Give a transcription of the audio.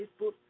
Facebook